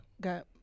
Got